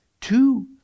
Two